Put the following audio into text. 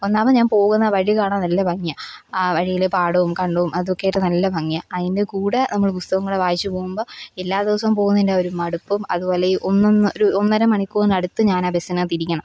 ഒന്നാമത് ഞാൻ പോകുന്ന വഴി കാണാൻ നല്ല ഭംഗിയാണ് ആ വഴിയിൽ പാടവും കണ്ടവും അതൊക്കെയായിട്ട് നല്ല ഭംഗിയാണ് അതിൻ്റെ കൂടെ നമ്മൾ പുസ്തകവും കൂടെ വായിച്ച് പോവുമ്പോൾ എല്ലാ ദിവസവും പോകുന്നതിൻ്റെ ആ ഒരു മടുപ്പും അതുപോലെ ഈ ഒന്നൊന്ന് ഒരു ഒന്നര മണിക്കൂറിനടുത്ത് ഞാൻ ആ ബസ്സിനകത്ത് ഇരിക്കണം